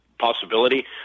possibility